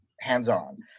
hands-on